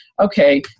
Okay